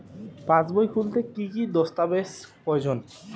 পাসবই খুলতে কি কি দস্তাবেজ প্রয়োজন?